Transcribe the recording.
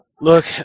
look